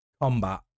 Combat